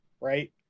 right